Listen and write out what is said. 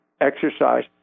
exercise